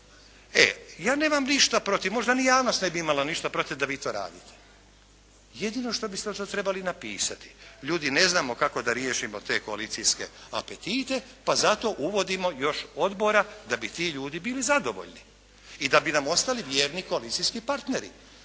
Ja nemam ništa protiv, možda ni javnost ne bi imala ništa protiv da vi to radite, jedino što bi to trebali napisati. Ljudi ne znamo kako da riješimo te koalicijske apetite pa zato uvodimo još odbora da bi ti ljudi bili zadovoljni i da bi nam ostali vjerni koalicijski partneri.